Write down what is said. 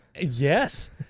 yes